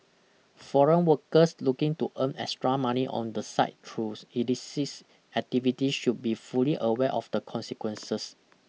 foreign workers looking to earn extra money on the side through illicist activities should be fully aware of the consequences